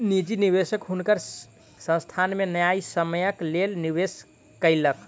निजी निवेशक हुनकर संस्थान में न्यायसम्यक लेल निवेश केलक